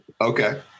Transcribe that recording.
okay